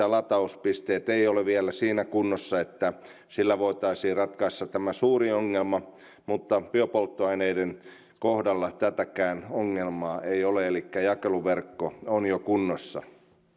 latauspisteet eivät ole vielä siinä kunnossa että niillä voitaisiin ratkaista tämä suuri ongelma mutta biopolttoaineiden kohdalla tätäkään ongelmaa ei ole elikkä jakeluverkko on jo kunnossa